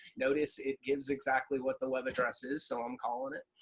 notice it gives exactly what the web address is, so i'm calling it.